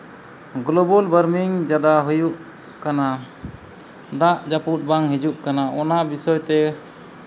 global warming ᱡᱟᱜᱟᱣ ᱦᱩᱭᱩᱜ ᱠᱟᱱᱟ ᱫᱟᱜ ᱡᱟᱹᱯᱩᱫ ᱵᱟᱝ ᱦᱤᱡᱩᱜ ᱠᱟᱱᱟ ᱚᱱᱟ ᱵᱤᱥᱚᱭ ᱛᱮ